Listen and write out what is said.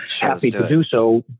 happy-to-do-so